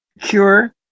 cure